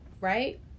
Right